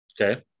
Okay